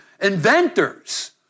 inventors